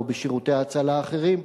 או בשירותי הצלה אחרים,